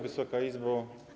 Wysoka Izbo!